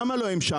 למה לא המשכתם?